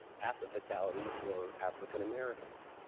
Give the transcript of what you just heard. half the fatalities were african americans.